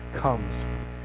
comes